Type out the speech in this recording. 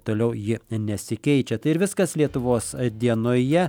toliau ji nesikeičia tai ir viskas lietuvos dienoje